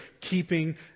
keeping